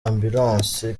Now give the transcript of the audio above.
ambulance